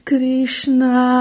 Krishna